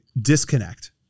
disconnect